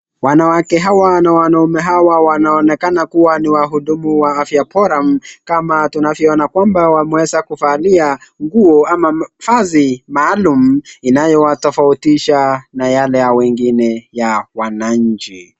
Wanawake hawa na wanaume hawa wanaonekana kuwa ni wahudumu wa afya bora, kama tunavyoona kwamba wameweza kuvalia nguo ama mavazi maalum inayo watofautisha na yale ya wengine ya wananchi.